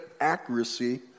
accuracy